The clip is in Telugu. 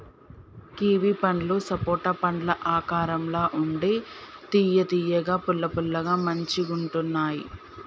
కివి పండ్లు సపోటా పండ్ల ఆకారం ల ఉండి తియ్య తియ్యగా పుల్ల పుల్లగా మంచిగుంటున్నాయ్